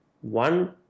one